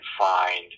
find